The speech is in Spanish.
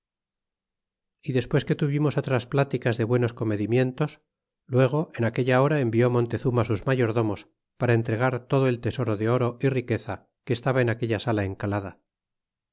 y clespues que tuvimos otras pláticas de buenos comedimientos luego en aquella hora envió montezuma sus mayordomos para entregar todo el tesoro de oro y riqueza que estaba en aquella sala encalada